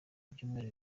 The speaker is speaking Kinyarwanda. byumweru